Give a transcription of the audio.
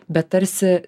bet tarsi